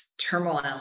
turmoil